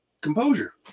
composure